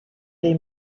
day